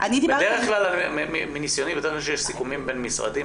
מנסיוני בדרך כלל כשיש סיכומים בין משרדים,